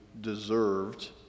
deserved